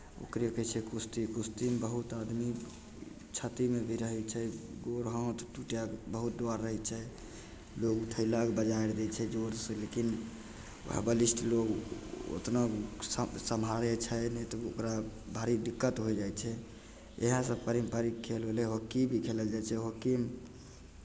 ओकरे कहै छै कुश्ती कुश्तीमे बहुत आदमी क्षतिमे भी रहै छै गोड़ हाथ टूटयके बहुत डर रहै छै लोक उठयलक बजारि दै छै जोरसँ लेकिन बलिष्ठ लोक उतना स सम्हारै छै नहि तऽ ओकरा भारी दिक्कत होय जाइ छै इएह सभ भारिक भारी खेल भेलै हॉकी भी खेलल जाइ छै हॉकीमे